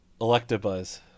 Electabuzz